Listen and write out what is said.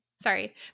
sorry